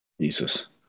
Jesus